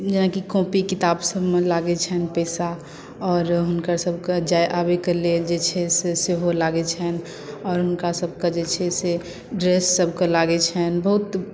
जेनाकि कॉपी किताब सबमे लागै छनि पैसा आओर हुनकर सबके जाय आबयके लेल जे छै से सेहो लागै छनि आओर हुनका सबके जे छै से ड्रेस सबके लागै छनि बहुत